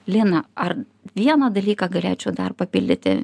lina ar vieną dalyką galėčiau dar papildyti